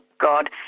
God